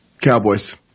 Cowboys